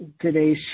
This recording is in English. today's